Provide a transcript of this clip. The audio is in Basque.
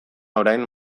orain